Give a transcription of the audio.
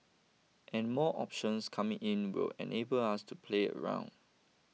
and more options coming in would enable us to play around